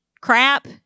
crap